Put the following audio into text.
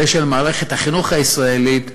ושל מערכת החינוך הישראלית,